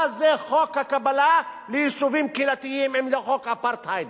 מה זה חוק הקבלה ליישובים קהילתיים אם לא חוק אפרטהייד,